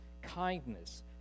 kindness